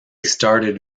started